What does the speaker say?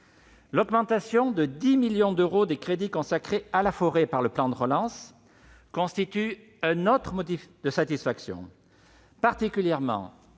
L'augmentation de 10 millions d'euros des crédits consacrés à la forêt par le plan de relance constitue un autre motif de satisfaction, particulièrement